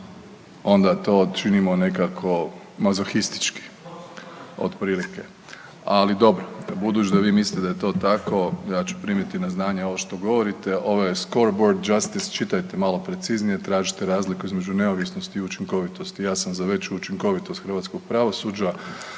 onda to činimo nekako mazohistički otprilike. Ali dobro, budući da vi mislite da je to tako ja ću primiti na znanje ovo što govorite. Ovo je Scoreboard Justice čitajte malo preciznije, tražite razliku između neovisnosti i učinkovitosti, ja sam za veću učinkovitost hrvatskog pravosuđa,